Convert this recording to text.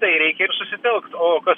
tai reikia ir susitelkt o kas